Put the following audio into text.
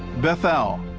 bethel,